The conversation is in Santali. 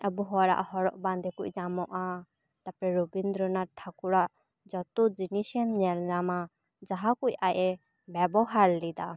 ᱟᱵᱚ ᱦᱚᱲᱟᱜ ᱦᱚᱨᱚᱜ ᱵᱟᱸᱰᱮ ᱠᱚ ᱧᱟᱢᱚᱜᱼᱟ ᱛᱟᱯᱚᱨ ᱨᱚᱵᱤᱱᱫᱨᱚᱱᱟᱛᱷ ᱴᱷᱟᱠᱩᱨᱟᱜ ᱡᱚᱛᱚ ᱡᱤᱱᱤᱥᱮᱢ ᱧᱮᱞ ᱧᱟᱢᱟ ᱡᱟᱦᱟᱸ ᱠᱚ ᱟᱡ ᱮ ᱵᱮᱵᱚᱦᱟᱨ ᱞᱮᱫᱟ